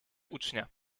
ucznia